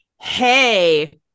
hey